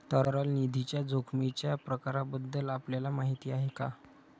तरल निधीच्या जोखमीच्या प्रकारांबद्दल आपल्याला माहिती आहे का?